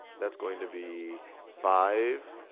that's going to be five